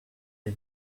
les